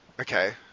Okay